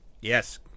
Yes